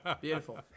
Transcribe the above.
Beautiful